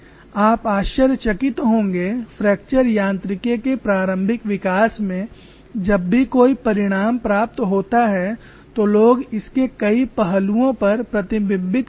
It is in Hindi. आप आश्चर्यचकित होंगे फ्रैक्चर यांत्रिकी के प्रारंभिक विकास में जब भी कोई परिणाम प्राप्त होता है तो लोग इसके कई पहलुओं पर प्रतिबिंबित किया हैं